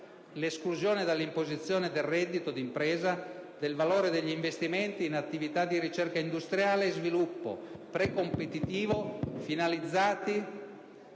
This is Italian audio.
l'esclusione dall'imposizione del reddito d'impresa del valore degli investimenti in attività di ricerca industriale e sviluppo, precompetitivo, finalizzati